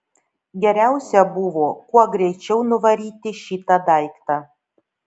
geriausia buvo kuo greičiau nuvaryti šitą daiktą